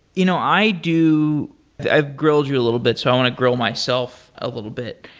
you know i do i grilled you a little bit, so i want to grill myself a little bit.